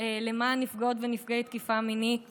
למען נפגעות ונפגעי תקיפה מינית